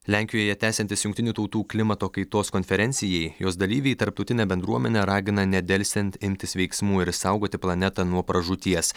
lenkijoje tęsiantis jungtinių tautų klimato kaitos konferencijai jos dalyviai tarptautinę bendruomenę ragina nedelsiant imtis veiksmų ir saugoti planetą nuo pražūties